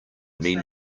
mean